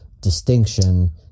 distinction